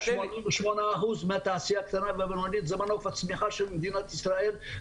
88% מהתעשייה הקטנה והבינונית זה מנוף הצמיחה של מדינת ישראל,